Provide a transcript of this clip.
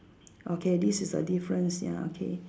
okay this is the difference ya okay